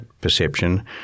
perception